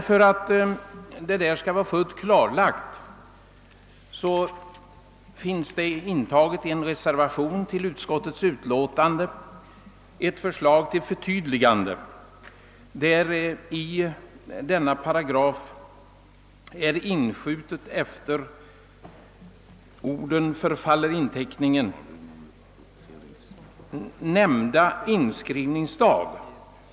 För att detta skall bli fullt klarlagt har i en reservation till utskottets utlåtande intagits ett förslag till förtydligande, enligt vilket i denna paragraf efter orden »förfaller inteckningen» är inskjutet »nämnda inskrivningsdag».